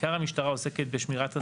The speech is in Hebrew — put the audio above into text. בעיקר המשטרה עוסקת בשמירת הסדר,